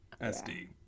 S-D